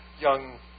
young